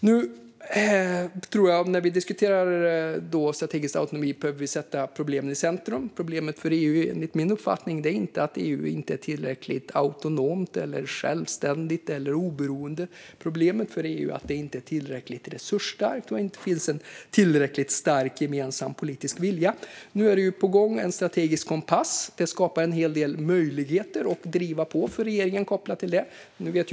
När vi diskuterar strategisk autonomi behöver vi sätta problemen i centrum. Problemet för EU är enligt min uppfattning inte att EU inte är tillräckligt autonomt eller självständigt eller oberoende. Problemet är att EU inte är tillräckligt resursstarkt och att det inte finns en tillräckligt stark gemensam politisk vilja. Nu är det på gång en strategisk kompass. Det skapar en hel del möjligheter för regeringen att driva på.